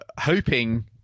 hoping